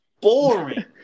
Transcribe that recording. boring